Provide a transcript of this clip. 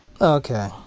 Okay